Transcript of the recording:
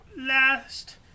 last